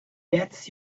gets